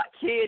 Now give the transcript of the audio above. kid